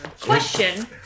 Question